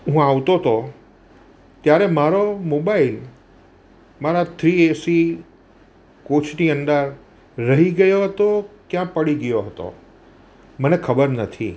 હું આવતો હતો ત્યારે મારો મોબાઈલ મારા થ્રી એસી કોચની અંદર રહી ગયો હતો ત્યાં પડી ગયો હતો મને ખબર નથી